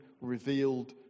revealed